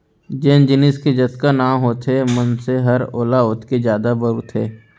जेन जिनिस के जतका नांव होथे मनसे हर ओला ओतके जादा बउरथे